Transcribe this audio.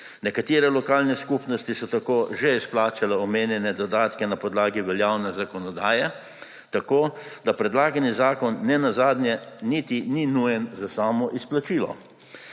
Nekatere lokalne skupnosti so tako že izplačale omenjene dodatke na podlagi veljavne zakonodaje, tako da predlagani zakon nenazadnje niti ni nujen za samo izplačilo.